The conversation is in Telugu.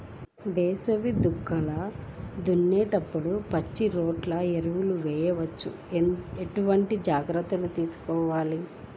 వేసవి దుక్కులు దున్నేప్పుడు పచ్చిరొట్ట ఎరువు వేయవచ్చా? ఎటువంటి జాగ్రత్తలు తీసుకోవాలి?